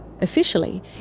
Officially